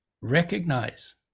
Recognize